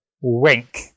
Wink